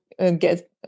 get